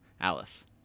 Alice